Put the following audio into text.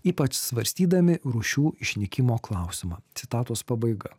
ypač svarstydami rūšių išnykimo klausimą citatos pabaiga